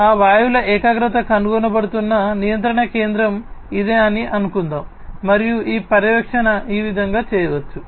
ఈ వాయువుల ఏకాగ్రత కనుగొనబడుతున్న నియంత్రణ కేంద్రం ఇదే అని అనుకుందాం మరియు ఈ పర్యవేక్షణ ఈ విధంగా చేయవచ్చు